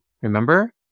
Remember